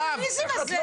למה פופוליזם?